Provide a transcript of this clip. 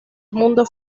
mundo